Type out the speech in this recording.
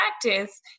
practice